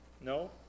No